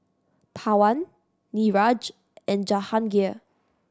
Pawan Niraj and Jahangir